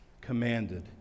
commanded